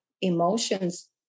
emotions